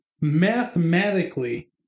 mathematically